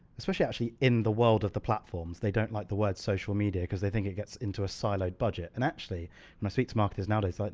especially actually, in the world of the platforms, they don't like the word social media because they think it gets into a siloed budget and actually when i speak to marketers nowadays, like